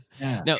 now